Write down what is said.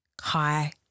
hi